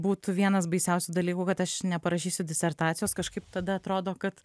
būtų vienas baisiausių dalykų kad aš neparašysiu disertacijos kažkaip tada atrodo kad